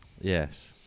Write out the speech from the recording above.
Yes